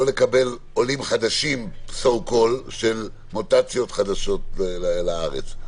לא לקבל עולים חדשים של מוטציות חדשות לארץ.